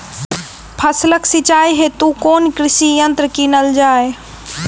फसलक सिंचाई हेतु केँ कृषि यंत्र कीनल जाए?